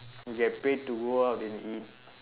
you get paid to go out and eat